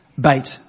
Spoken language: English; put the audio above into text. bait